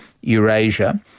Eurasia